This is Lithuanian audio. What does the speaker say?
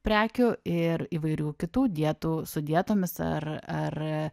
prekių ir įvairių kitų dietų su dietomis ar ar